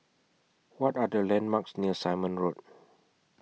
What Are The landmarks near Simon Road